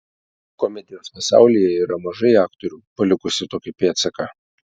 komedijos pasaulyje yra mažai aktorių palikusių tokį pėdsaką